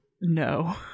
No